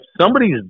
somebody's